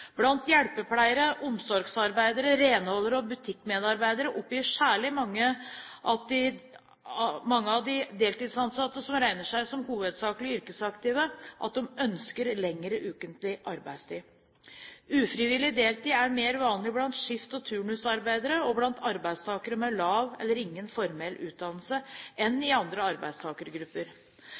Blant hjelpepleiere, omsorgsarbeidere, renholdere og butikkmedarbeidere oppgir særlig mange av de deltidsansatte som regner seg som hovedsakelig yrkesaktive, at de ønsker lengre ukentlig arbeidstid. Ufrivillig deltid er mer vanlig blant skift- og turnusarbeidere og blant arbeidstakere med lav eller ingen formell utdannelse enn i andre arbeidstakergrupper.